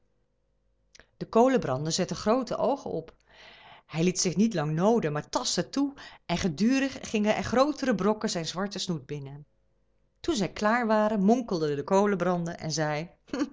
de kolenbrander zette groote oogen op hij liet zich niet lang nooden maar tastte toe en gedurig gingen er grootere brokken zijn zwarten snoet binnen toen zij klaar waren monkelde de kolenbrander en zei